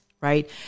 Right